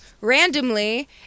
randomly